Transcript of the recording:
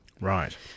Right